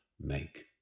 make